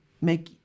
make